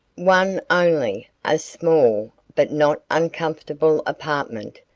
one only, a small but not uncomfortable apartment,